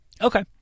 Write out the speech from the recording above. Okay